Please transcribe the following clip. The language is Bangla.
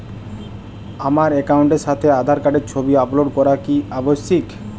আমার অ্যাকাউন্টের সাথে আধার কার্ডের ছবি আপলোড করা কি আবশ্যিক?